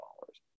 dollars